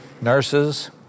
nurses